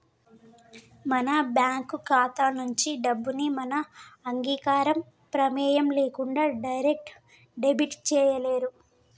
మన బ్యేంకు ఖాతా నుంచి డబ్బుని మన అంగీకారం, ప్రెమేయం లేకుండా డైరెక్ట్ డెబిట్ చేయలేరు